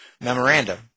memorandum